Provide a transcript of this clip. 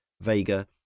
vega